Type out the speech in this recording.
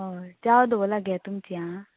हय च्याव दवरला घे तुमची आं